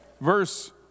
verse